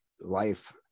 life